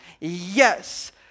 Yes